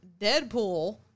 Deadpool